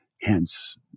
Hence